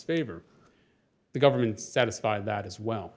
favor the government satisfied that as well